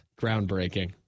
Groundbreaking